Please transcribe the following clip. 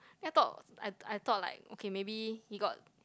ya thought I I thought like okay maybe he got